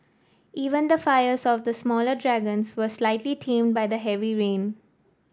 even the fires of the smaller dragons were slightly tamed by the heavy rain